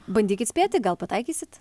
bandykit spėti gal pataikysit